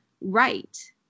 right